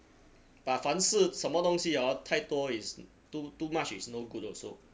but 凡是什么东西 orh 太多 is too too much is no good also